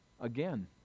again